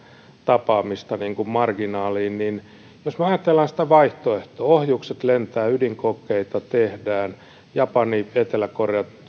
tapaamista marginaaliin niin jos me ajattelemme sitä vaihtoehtoa ohjukset lentävät ydinkokeita tehdään japani ja etelä korea